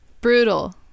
brutal